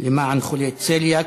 למען חולי צליאק.